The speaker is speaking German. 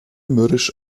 mürrisch